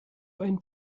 ein